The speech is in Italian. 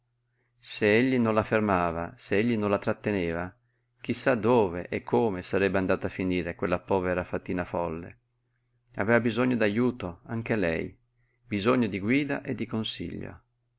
egli non la fermava se egli non la tratteneva chi sa dove e come sarebbe andata a finire quella povera fatina folle aveva bisogno d'ajuto anche lei bisogno di guida e di consiglio